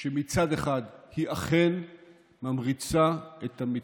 שמצד אחד היא אכן ממריצה את המצטיינים,